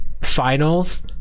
finals